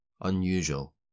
unusual